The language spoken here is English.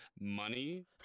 money